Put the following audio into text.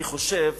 אני חושב